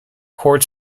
chord